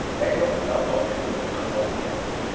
ed grew up in south los angeles, not far from compton.